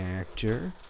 Actor